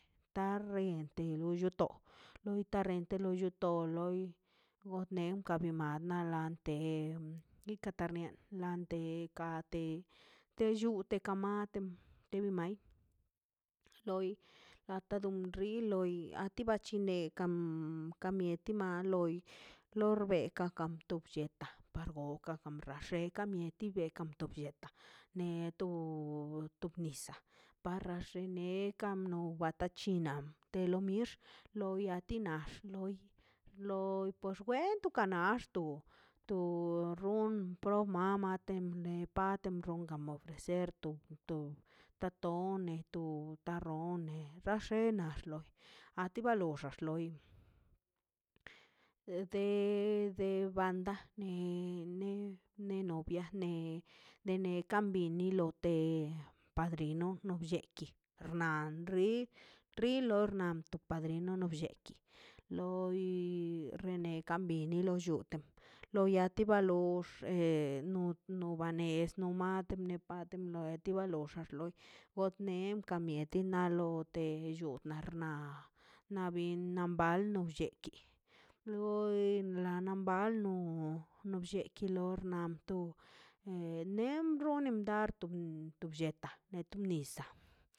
Tarrente lo llo to lo tarrente to llo loi gon nei kabi ma malante bi taka nia lante kante te llute kamate tei mai loj lata don rui achi bachinekan ka mieti ma loi lor begakan to blleta para gokan ga bgall bekan mieti biekan kan to bllieka neto tob nisaꞌ paxa xe nekan wano kapab chinnaꞌ te lo mix lo bia ti nax loi loi to kgwento kanaxto to ron ronmama te ma parte te no rongan ofrecer to ta tone to to tarrone baxena xloi a ti ba loxex loi de de banda ne ne novia ne dekan binil lote padrino no blleki rnan ri rilo narnto padrino no blleki loi rene kan bini lo llote lo yati balox eh no ba nez en kamieti nalote nlla rna na bin na balo lleki loi na na mbano no blleki lor nabto eneb ronnen tarton lo blletaꞌ neto nisaꞌ